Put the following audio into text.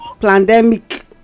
pandemic